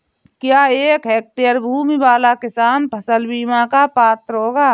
क्या एक हेक्टेयर भूमि वाला किसान फसल बीमा का पात्र होगा?